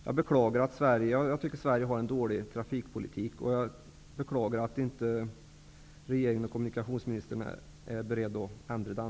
Jag tycker att Sverige har en dålig trafikpolitik, och jag beklagar att inte regeringen och kommunikationsministern är beredda att ändra på den.